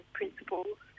principles